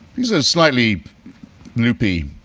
he's a slightly loopy